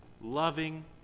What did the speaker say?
loving